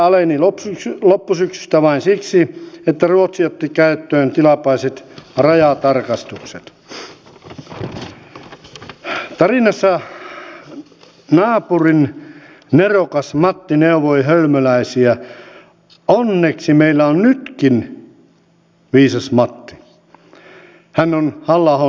toki kaikki nämä hallituksen toimet siihen että ruotsi otti käyttöön tilapäiset rajatarkastukset kuntien tehtäviä halutaan vähentää varmasti auttavat ja sitä valinnanvapautta voidaan käyttää se kuitenkin on joustava